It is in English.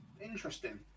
Interesting